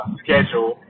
schedule